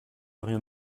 rien